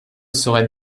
serait